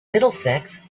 middlesex